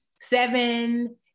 seven